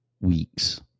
weeks